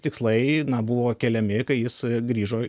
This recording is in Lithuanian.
tikslai buvo keliami kai jis grįžo